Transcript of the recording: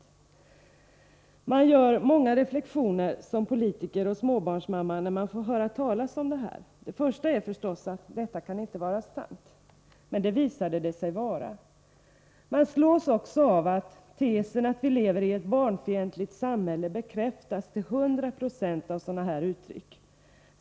Man gör många reflexioner som politiker och småbarnsmamma när man får höra talas om detta. Den första är förstås: Detta kan inte vara sant. Men det visade sig vara det. Man slås också av att tesen att vi lever i ett barnfientligt samhälle bekräftas till 100 96 av sådana här uttryck.